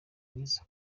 mwiza